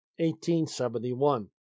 1871